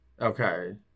Okay